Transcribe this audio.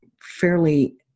fairly